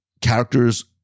characters